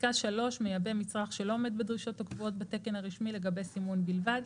(3)מייבא מצרך שלא עומד בדרישות הקבועות בתקן הרשמי לגבי סימון בלבד,